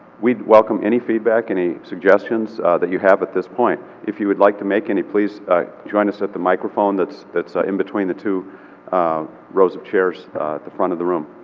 we'd welcome any feedback, any suggestions that you have at this point. if you would like to make any, please join us at the microphone that's that's ah in between the two rows of chairs front of the room.